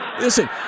listen